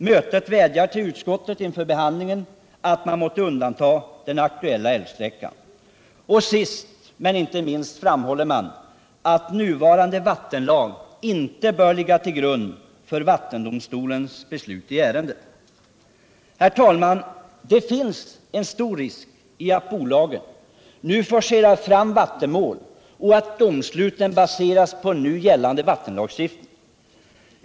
Mötet vädjar till utskottet inför behandlingen, att man måtte undanta den aktuella älvsträckan. Och sist men inte minst framhåller man att nuvarande vattenlag inte bör ligga till grund för vattendomstolens beslut i ärendet. Herr talman! Det ligger stor risk i att bolagen nu forcerar fram vatten mål och att domsluten baseras på nu gällande vattenlagstiftning.